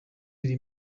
iri